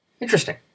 Interesting